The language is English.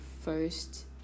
first